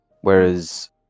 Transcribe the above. Whereas